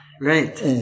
Right